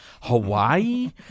Hawaii